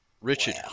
Richard